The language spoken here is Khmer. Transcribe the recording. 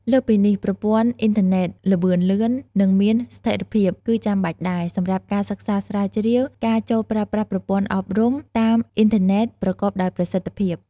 លើសពីនេះ ប្រព័ន្ធអ៊ីនធឺណិត ល្បឿនលឿន និងមានស្ថេរភាព គឺចាំបាច់ដែរ សម្រាប់ការសិក្សាស្រាវជ្រាវ ការចូលប្រើប្រាស់ប្រព័ន្ធអប់រំតាមអ៊ីនធឺណិត ប្រកបដោយប្រសិទ្ធភាព។